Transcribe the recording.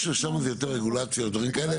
שם זה יותר רגולציה ודברים כאלה.